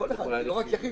לא רק יחיד,